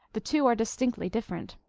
the two are distinctly different.